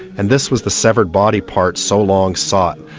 and this was the severed body part so long sought,